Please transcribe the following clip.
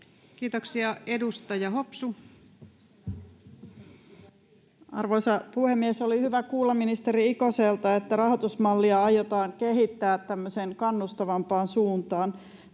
Kiitoksia. — Edustaja Hopsu. Arvoisa puhemies! Oli hyvä kuulla ministeri Ikoselta, että rahoitusmallia aiotaan kehittää tämmöiseen kannustavampaan suuntaan.